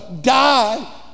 die